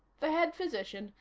the head physician,